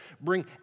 bring